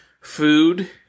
food